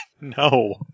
No